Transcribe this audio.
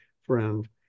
friend